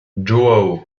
joão